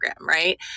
right